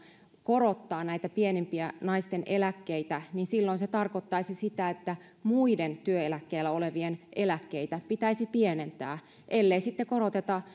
korottaa näitä pienimpiä naisten eläkkeitä niin silloin se tarkoittaisi sitä että muiden työeläkkeellä olevien eläkkeitä pitäisi pienentää ellei sitten koroteta